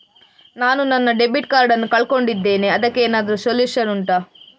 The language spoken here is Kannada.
ನಾನು ನನ್ನ ಡೆಬಿಟ್ ಕಾರ್ಡ್ ನ್ನು ಕಳ್ಕೊಂಡಿದ್ದೇನೆ ಅದಕ್ಕೇನಾದ್ರೂ ಸೊಲ್ಯೂಷನ್ ಉಂಟಾ